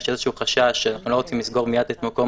יש איזשהו חשש שאנחנו לא רוצים לסגור מיד את מקום